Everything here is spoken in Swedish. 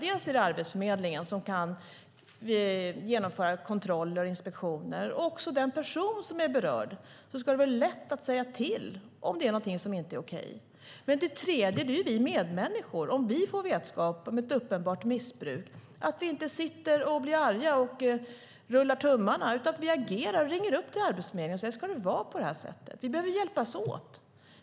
Dels är det Arbetsförmedlingen som kan genomföra kontroller och inspektioner, dels ska det för den person som är berörd vara lätt att säga till om det är någonting som inte är okej. För det tredje är det vi medmänniskor som inte ska sitta och bli arga och rulla tummarna om vi får vetskap om ett uppenbart missbruk, utan då ska vi agera och ringa upp Arbetsförmedlingen för att fråga om det ska vara på det sättet. Vi behöver hjälpas åt.